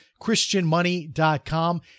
christianmoney.com